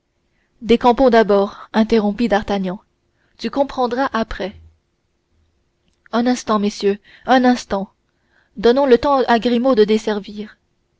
comprendre décampons d'abord interrompit d'artagnan tu comprendras après un instant messieurs un instant donnons le temps à grimaud de desservir